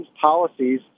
policies